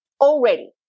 Already